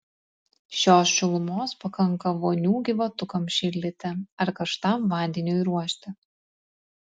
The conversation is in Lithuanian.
šios šilumos pakanka vonių gyvatukams šildyti ar karštam vandeniui ruošti